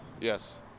Yes